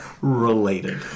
related